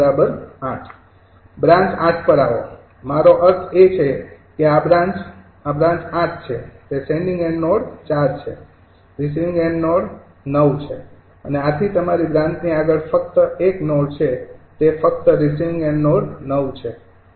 branch ૮ પર આવો મારો અર્થ છે કે આ બ્રાન્ચ આ બ્રાન્ચ ૮ છે તે સેંડિંગ એન્ડ નોડ ૪ છે રિસીવિંગ એન્ડ ૯ છે અને આથી તમારી બ્રાન્ચની આગળ ફક્ત ૧ નોડ છે તે ફક્ત રિસીવિંગ એન્ડ નોડ ૯ છે